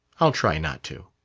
i'll try not to.